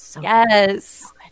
Yes